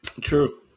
True